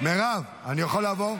מירב, אני יכול לעבור?